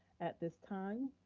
at this time,